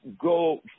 go